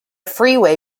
freeway